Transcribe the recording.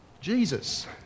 Jesus